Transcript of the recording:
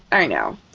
i know.